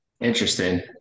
Interesting